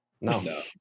no